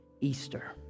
Easter